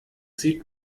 sieht